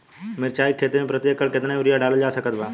मिरचाई के खेती मे प्रति एकड़ केतना यूरिया डालल जा सकत बा?